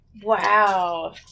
Wow